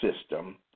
system